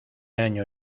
año